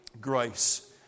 grace